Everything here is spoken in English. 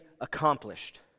accomplished